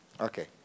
Okay